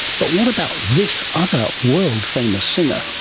but what about this other world famous singer?